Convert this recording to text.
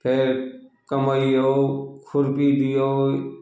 फेर कमाइयौ खुरपी दियौ